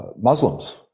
Muslims